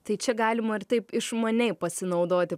tai čia galima ir taip išmaniai pasinaudoti